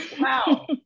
Wow